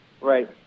Right